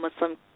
Muslim